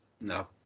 No